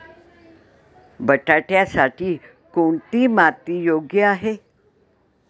बटाट्यासाठी कोणती माती योग्य आहे?